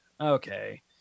okay